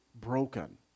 broken